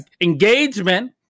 engagement